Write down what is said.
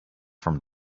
from